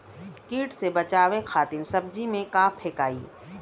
कीट से बचावे खातिन सब्जी में का फेकाई?